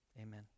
Amen